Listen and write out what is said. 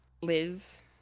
Liz